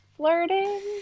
Flirting